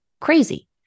crazy